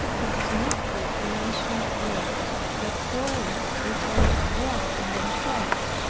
it is needful to mention here that souls which are yet in themselves,